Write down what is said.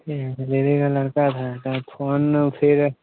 ठीक है तो दीदी का लड़का था तो फ़ोन फिर